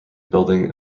building